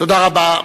תודה רבה.